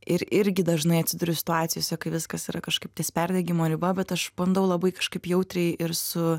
ir irgi dažnai atsiduriu situacijose kai viskas yra kažkaip ties perdegimo riba bet aš bandau labai kažkaip jautriai ir su